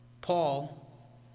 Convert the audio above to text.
Paul